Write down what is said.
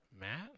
Matt